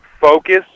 focus